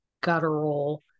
guttural